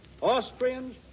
Austrians